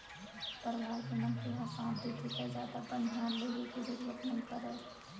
परवार के मनखे ह साथ देथे त जादा बनिहार लेगे के जरूरते नइ परय